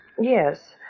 Yes